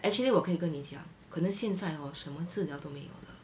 actually 我可以跟你讲可能现在 hor 什么治疗都没有了